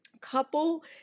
Couple